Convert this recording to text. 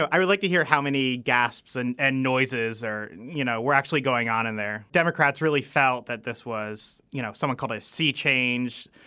i would like to hear how many gasps and and noises or you know we're actually going on in there. democrats really felt that this was you know someone called a sea change.